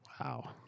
Wow